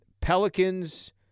Pelicans